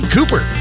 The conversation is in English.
Cooper